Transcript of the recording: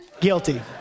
guilty